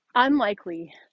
unlikely